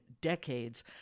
decades